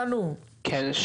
נציג הדורות הבאים,